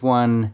one